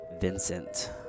Vincent